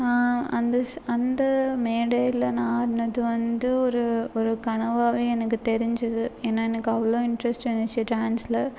அந்த அந்த மேடையில் நான் ஆடினது வந்து ஒரு ஒரு கனவாக எனக்கு தெரிஞ்சிது ஏன்னா எனக்கு அவ்வளோ இன்ட்ரஸ்ட் இருந்துச்சு டான்சில்